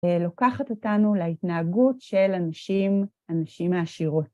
לוקחת אותנו להתנהגות של אנשים, אנשים עשירות.